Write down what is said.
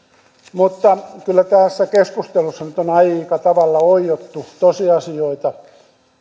mutta kyllä tässä keskustelussa nyt on aika tavalla oiottu tosiasioita